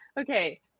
Okay